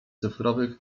cyfrowych